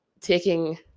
taking